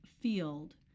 field